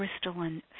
crystalline